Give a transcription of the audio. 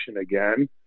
again